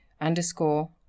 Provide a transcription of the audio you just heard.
underscore